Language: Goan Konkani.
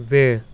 वेळ